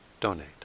donate